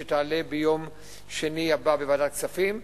שתעלה ביום שני הבא בוועדת הכספים.